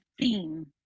theme